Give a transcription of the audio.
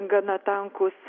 gana tankūs